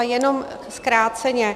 Jenom zkráceně.